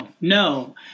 no